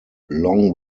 long